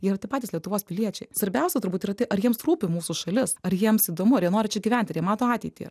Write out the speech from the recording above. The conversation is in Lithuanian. jie yra tie patys lietuvos piliečiai svarbiausia turbūt yra tai ar jiems rūpi mūsų šalis ar jiems įdomu ar jie nori čia gyventi ar jie mato ateitį